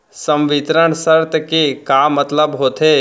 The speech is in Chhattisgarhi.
संवितरण शर्त के का मतलब होथे?